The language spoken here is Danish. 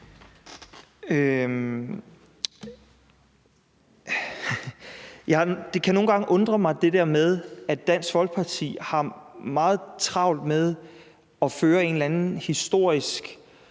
Det kan nogle gange undre mig, at Dansk Folkeparti har meget travlt med at føre en eller